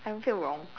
I don't feel wrong